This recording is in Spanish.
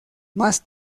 más